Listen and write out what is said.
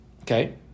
Okay